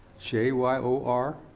j y o r?